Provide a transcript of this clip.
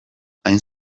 hain